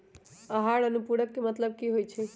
आहार अनुपूरक के मतलब की होइ छई?